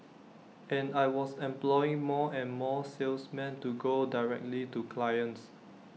and I was employing more and more salesmen to go directly to clients